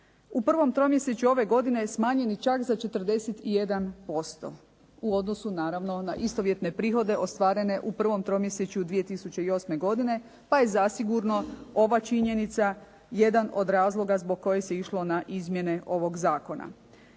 u prvom tromjesečju ove godine smanjeni čak za 41% u odnosu naravno na istovjetne prihode ostvarene u prvom tromjesečju 2008. godine pa je zasigurno ova činjenica jedan od razloga zbog koje se išlo na izmjene ovog zakona.